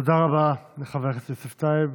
תודה רבה לחבר הכנסת יוסף טייב.